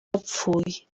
bapfuye